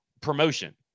promotion